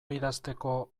idazteko